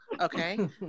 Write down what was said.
okay